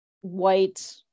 white